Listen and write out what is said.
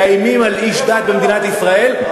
מאיימים על איש דת במדינת ישראל,